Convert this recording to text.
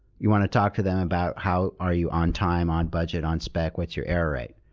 you want to talk to them about how are you on time, on budget, on specific, what's your error rate?